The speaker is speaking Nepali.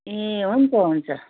ए हुन्छ हुन्छ